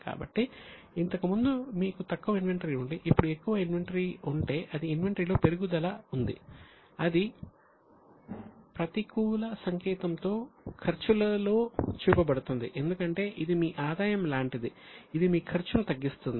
కాబట్టి ఇంతకు ముందు మీకు తక్కువ ఇన్వెంటరీ ఉండి ఇప్పుడు ఎక్కువ ఇన్వెంటరీ ఉంది అంటే ఇన్వెంటరీ లో పెరుగుదల ఉంది అది ప్రతికూల సంకేతంతో ఖర్చులలో చూపబడుతుంది ఎందుకంటే ఇది మీ ఆదాయం లాంటిది ఇది మీ ఖర్చును తగ్గిస్తుంది